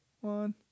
one